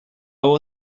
will